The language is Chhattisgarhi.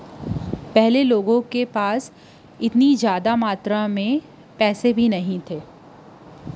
पहिली लोगन मन करा ओतेक जादा मातरा म पइसा कउड़ी घलो नइ रिहिस हे